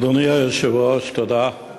אדוני היושב-ראש, תודה.